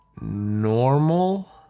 Normal